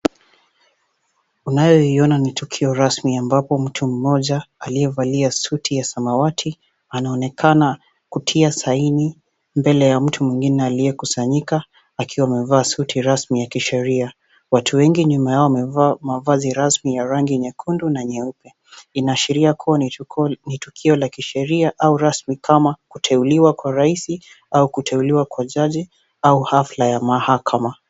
Unayoiona ni tukio rasmi ambapo mtu mmoja aliyevalia suti ya samawati anaonekana kutia saini mbele ya mtu mwingine aliyekusanyika akiwa amevalia suti rasmi ya kisheria. Watu wengi nyuma yao wamevaa mavazi rasmi ya rangi nyekundu na nyeupe. Inaashiria kuwa ni tukio rasmi kama kuteuliwa kwa raisi au kuteuliwa kwa jaji au hafla ya mahakama.